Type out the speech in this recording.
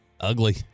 ugly